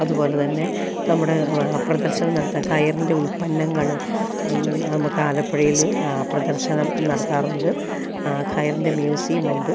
അതുപോലെ തന്നെ നമ്മുടെ പ്രദർശനം നടത്താൻ കയറിൻ്റെ ഉല്പന്നങ്ങൾ നമുക്ക് ആലപ്പുഴയിൽ പ്രദർശനം നടത്താറുണ്ട് കയറിൻ്റെ മ്യൂസിയമുണ്ട്